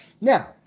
Now